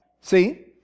See